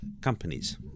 companies